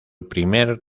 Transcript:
primer